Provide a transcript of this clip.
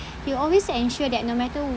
he will always ensure that no matter